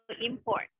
import